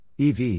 EV